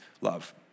love